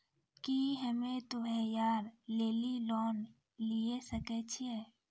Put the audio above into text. की हम्मय त्योहार लेली लोन लिये सकय छियै?